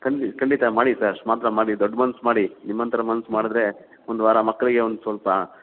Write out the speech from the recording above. ಖಂಡಿತ ಖಂಡಿತ ಮಾಡಿ ಸರ್ ಅಷ್ಟು ಮಾತ್ರ ಮಾಡಿ ಸರ್ ದೊಡ್ಡ ಮನ್ಸು ಮಾಡಿ ನಿಮ್ಮಂತವ್ರು ಮನ್ಸು ಮಾಡಿದರೆ ಒಂದು ವಾರ ಮಕ್ಕಳಿಗೆ ಒಂದು ಸ್ವಲ್ಪ